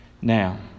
Now